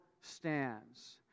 stands